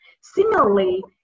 Similarly